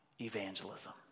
evangelism